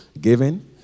giving